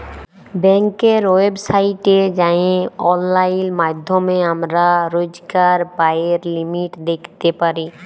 ব্যাংকের ওয়েবসাইটে যাঁয়ে অললাইল মাইধ্যমে আমরা রইজকার ব্যায়ের লিমিট দ্যাইখতে পারি